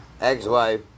Ex-wife